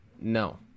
No